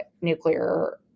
nuclear